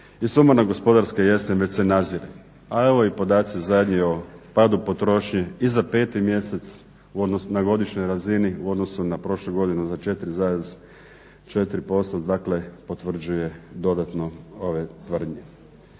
i sumana gospodarska jesen već se nazire. A evo i podaci zadnji o padu potrošnje i za peti mjeseci u odnosu na godišnjoj razini u odnosu na prošlu godinu za 4,4% dakle potvrđuje dodatno ove tvrdnje.